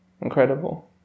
incredible